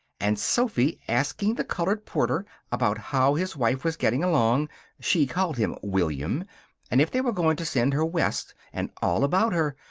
and sophy asking the colored porter about how his wife was getting along she called him william and if they were going to send her west, and all about her.